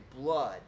blood